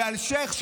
ואלשיך,